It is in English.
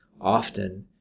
often